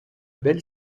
belle